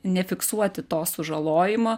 nefiksuoti to sužalojimo